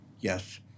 yes